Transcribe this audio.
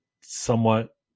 somewhat